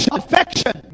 affection